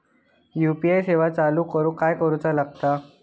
UPI सेवा चालू करूक काय करूचा लागता?